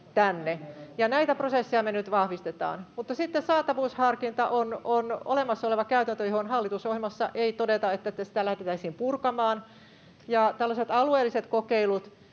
tänne. Näitä prosesseja me nyt vahvistetaan. Mutta sitten saatavuusharkinta on olemassa oleva käytäntö, ja hallitusohjelmassa ei todeta, että sitä lähdettäisiin purkamaan, ja tällaiset alueelliset kokeilut